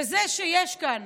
וזה שיש כאן